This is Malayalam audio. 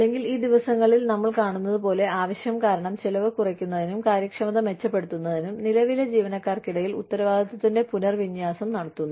അല്ലെങ്കിൽ ഈ ദിവസങ്ങളിൽ നമ്മൾ കാണുന്നതുപോലെ ആവശ്യം കാരണം ചെലവ് കുറയ്ക്കുന്നതിനും കാര്യക്ഷമത മെച്ചപ്പെടുത്തുന്നതിനും നിലവിലെ ജീവനക്കാർക്കിടയിൽ ഉത്തരവാദിത്തത്തിന്റെ പുനർവിന്യാസം നടത്തുന്നു